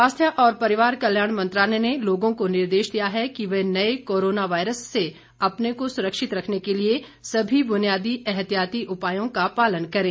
स्वास्थ्य और परिवार कल्याण मंत्रालय ने लोगों को निर्देश दिया है कि वे नये कोरोना वायरस से अपने को सुरक्षित रखने के लिए सभी बुनियादी एहतियाती उपायों का पालन करें